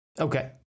Okay